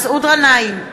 מסעוד גנאים,